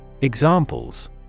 Examples